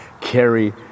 carry